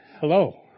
Hello